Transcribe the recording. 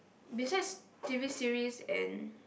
besides t_v series and